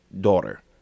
daughter